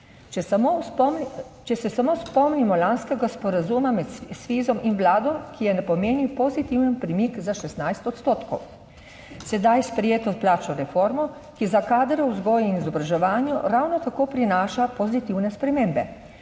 Če se samo spomnimo lanskega sporazuma med Svizom in Vlado, ki je ne, pomeni pozitiven premik za 16 odstotkov. Sedaj sprejeto plačno reformo, ki za kadre v vzgoji in izobraževanju ravno tako prinaša pozitivne spremembe.